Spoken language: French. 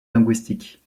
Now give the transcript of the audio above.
linguistiques